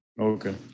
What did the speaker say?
Okay